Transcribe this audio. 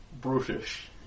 brutish